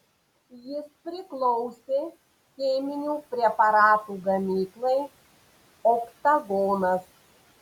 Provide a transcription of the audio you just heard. jis priklausė cheminių preparatų gamyklai oktagonas